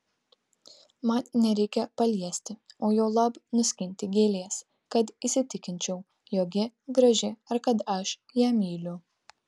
man nereikia paliesti o juolab nuskinti gėlės kad įsitikinčiau jog ji graži ar kad aš ją myliu